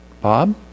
Bob